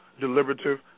deliberative